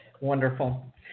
Wonderful